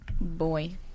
boy